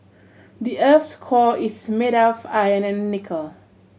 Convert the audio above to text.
the earth's core is made of iron and nickel